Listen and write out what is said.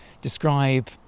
describe